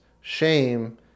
shame